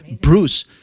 Bruce